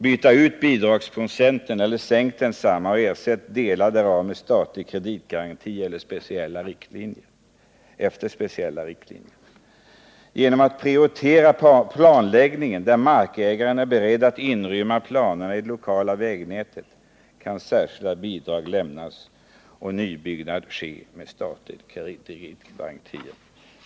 Byt ut bidragsprocenten eller sänk densamma och ersätt delar därav med statliga kreditgarantier efter speciella riktlinjer. Genom att man prioriterar planläggning, där markägaren är beredd att inrymma planerna i det lokala vägnätet, kan särskilda bidrag lämnas och nybyggnad ske med statliga kreditgarantier.